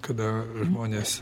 kada žmonės